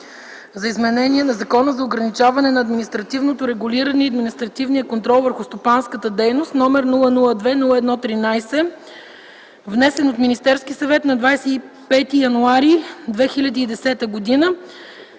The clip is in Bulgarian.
за изменение на Закона за ограничаване на административното регулиране и административния контрол върху стопанската дейност, № 002-01-13, внесен от Министерския съвет на 25 януари 2010 г. „На